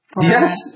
Yes